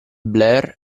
blair